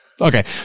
okay